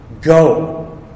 Go